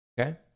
okay